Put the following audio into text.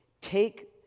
take